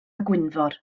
gwynfor